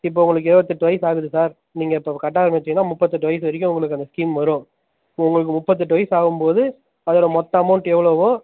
இப்போ உங்களுக்கு இருபத்தெட்டு வயது ஆகுது சார் நீங்கள் இப்போ கட்ட ஆரம்பிச்சுங்கனா முப்பத்தெட்டு வயது வரைக்கும் உங்களுக்கு அந்த ஸ்கீம் வரும் உங்களுக்கு முப்பத்தெட்டு வயது ஆகும் போது அதில் மொத்த அமௌண்ட் எவ்வளவோ